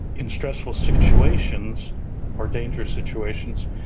in stressful situations or dangerous situations,